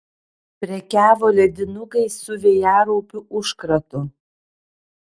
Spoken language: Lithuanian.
prekiavo ledinukais su vėjaraupių užkratu